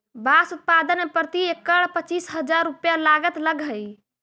बाँस उत्पादन में प्रति एकड़ पच्चीस हजार रुपया लागत लगऽ हइ